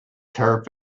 turf